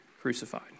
Crucified